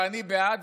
ואני בעד,